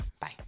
Bye